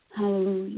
Hallelujah